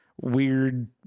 weird